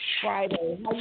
Friday